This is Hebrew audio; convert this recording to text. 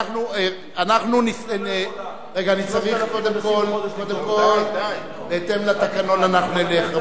קודם כול, בהתאם לתקנון אנחנו נלך.